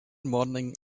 morning